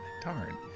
Darn